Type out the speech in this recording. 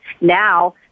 now